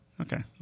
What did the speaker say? okay